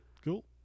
Cool